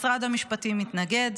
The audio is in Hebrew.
משרד המשפטים מתנגד.